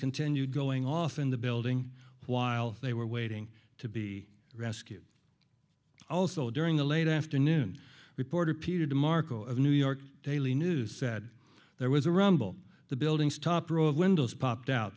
continued going off in the building while they were waiting to be rescued also during the late afternoon reporter peter de marco of new york daily news said there was a rumble the building's top row of windows popped out